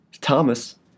Thomas